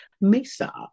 Mesa